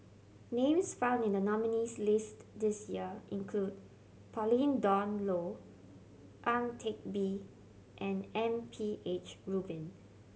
names found in the nominees' list this year include Pauline Dawn Loh Ang Teck Bee and M P H Rubin